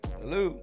hello